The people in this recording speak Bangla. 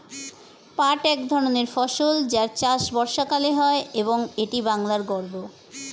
পাট এক ধরনের ফসল যার চাষ বর্ষাকালে হয় এবং এটি বাংলার গর্ব